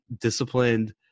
disciplined